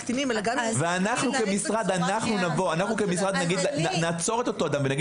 אנחנו כמשרד נעצור את אותו אדם ונגיד